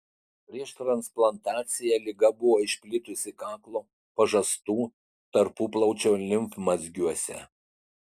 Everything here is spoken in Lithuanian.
prieš transplantaciją liga buvo išplitusi kaklo pažastų tarpuplaučio limfmazgiuose